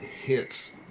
hits